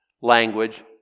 language